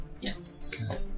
Yes